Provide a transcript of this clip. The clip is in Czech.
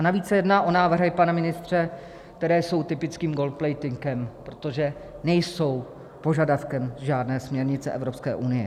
Navíc se jedná o návrhy, pane ministře, které jsou typickým goldplatingem, protože nejsou požadavkem žádné směrnice Evropské unie.